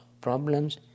problems